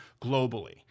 globally